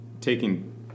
Taking